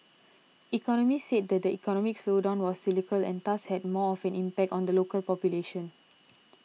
economists said the economic slowdown was cyclical and thus had more of an impact on the local population